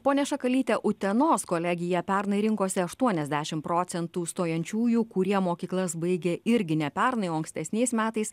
ponia šakalyte utenos kolegiją pernai rinkosi aštuoniasdešim procentų stojančiųjų kurie mokyklas baigė irgi ne pernai o ankstesniais metais